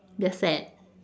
they are sad